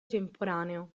temporaneo